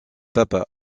papa